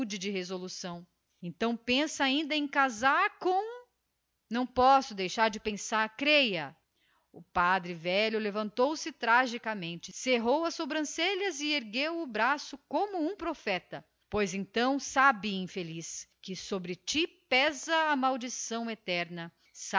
resolução meu padrinho ainda pensa em casar com não posso deixar de pensar creia o padre velho levantou-se tragicamente fechou as sobrancelhas e ergueu o braço como um profeta pois então declamou sabe infeliz que sobre ti pesará a maldição eterna